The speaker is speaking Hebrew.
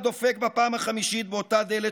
הדופק בפעם החמישית באותה דלת,